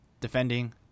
defending –